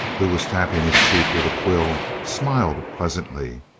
who was tapping his cheek with a quill, smiled pleasantly.